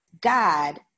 God